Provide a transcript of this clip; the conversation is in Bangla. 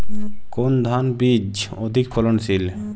কোন ধান বীজ অধিক ফলনশীল?